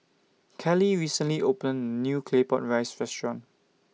Keli recently opened A New Claypot Rice Restaurant